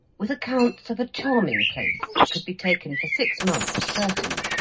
with accounts of a charming place that could be taken for six months certain,